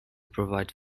provide